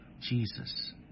Jesus